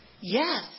Yes